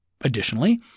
Additionally